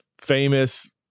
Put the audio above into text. famous